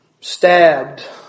stabbed